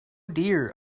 dear